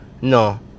No